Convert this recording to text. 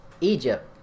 egypt